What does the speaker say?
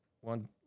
one